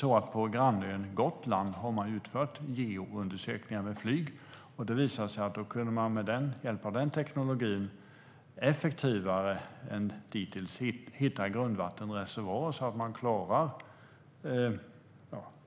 På grannön Gotland har man utfört geoundersökningar med flyg, och det visade sig att man med hjälp av den tekniken effektivare än dittills kunde hitta grundvattenreservoarer så att man klarar